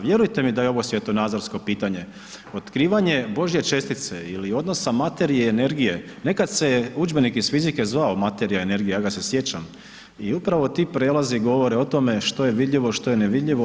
Vjerujte mi da je ovo svjetonazorsko pitanje otkrivanje Božje čestice ili odnosa materije i energije, nekad se je udžbenik iz fizike zvao Materija i energija, ja ga se sjećam i upravo ti prijelazi govore o tome što je vidljivo, što je nevidljivo.